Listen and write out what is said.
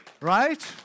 Right